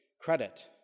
credit